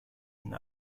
and